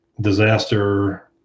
disaster